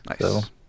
Nice